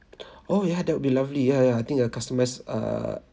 oh ya that would be lovely ya ya I think I'll customise err